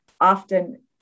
often